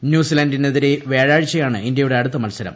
ന്യൂസിലന്റിനെതിരെ വ്യാഴാഴ്ചയാണ് ഇന്ത്യയുടെ അടുത്ത മത്സരം